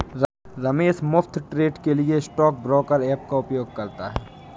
रमेश मुफ्त ट्रेड के लिए स्टॉक ब्रोकर ऐप का उपयोग करता है